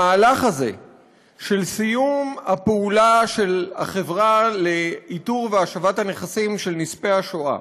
המהלך הזה של סיום הפעולה של החברה לאיתור והשבת הנכסים של נספי השואה